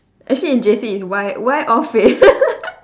actually in J_C is why why all fail